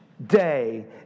day